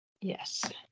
Yes